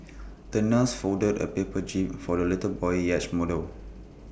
the nurse folded A paper jib for the little boy's yacht model